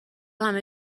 همه